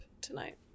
tonight